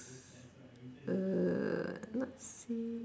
uh not say